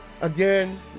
again